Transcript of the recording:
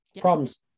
problems